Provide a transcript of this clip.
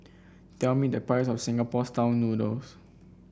tell me the price of Singapore style noodles